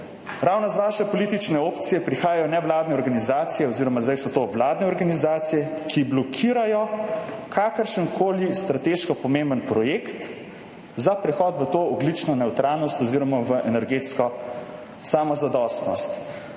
ravno iz vaše politične opcije prihajajo nevladne organizacije, oziroma zdaj so to vladne organizacije, ki blokirajo kakršenkoli strateško pomemben projekt za prehod v to ogljično nevtralnost oziroma v energetsko samozadostnost.